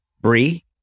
Brie